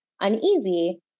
uneasy